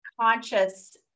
conscious